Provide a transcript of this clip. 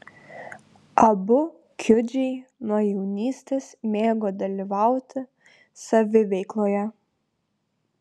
abu kiudžiai nuo jaunystės mėgo dalyvauti saviveikloje